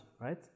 right